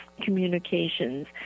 communications